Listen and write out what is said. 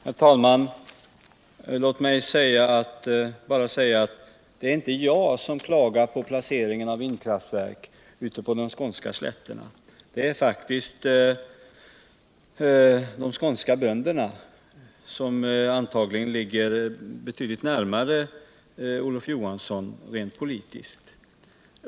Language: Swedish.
Herr talman! Låt mig bara säga att det inte är jag som klagar på placeringen av vindkraftverk ute på de skånska slätterna, utan det är faktiskt de skånska bönderna, som antagligen står betydligt närmare Olof Johansson än mig rent politiskt.